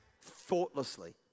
thoughtlessly